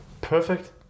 perfect